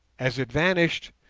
as it vanished,